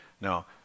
Now